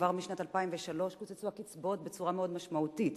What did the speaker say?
כבר משנת 2003 קוצצו הקצבאות בצורה מאוד משמעותית.